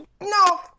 No